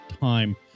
time